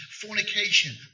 fornication